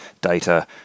data